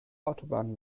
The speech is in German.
autobahn